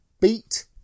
beat